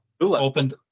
Opened